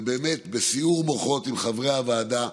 ובאמת, בסיעור מוחות עם חברי הוועדה,